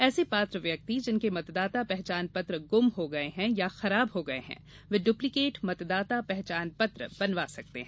ऐसे पात्र व्यक्ति जिनके मतदाता पहचान पत्र गुम हो गये है या खराब हो गये है वे ड्प्लीकेट मतदाता पहचान पत्र बनवा सकते हैं